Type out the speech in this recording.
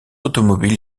automobile